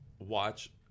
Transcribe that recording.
watch